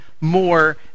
more